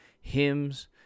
hymns